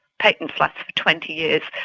patents last for twenty years.